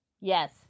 yes